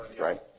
right